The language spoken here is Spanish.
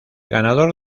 ganador